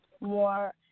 more